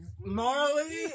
Marley